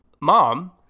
mom